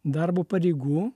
darbo pareigų